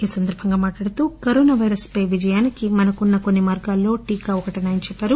ఈ సందర్బంగా మాట్లాడుతూ కరోనా పైరస్ పై విజయానికి మనకున్న కొన్ని మార్గాల్లో టీకా ఒకటని తెలిపారు